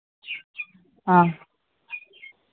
ꯑꯥ